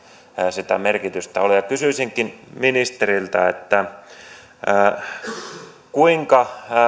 sitä merkitystä ole kysyisinkin ministeriltä kuinka